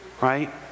Right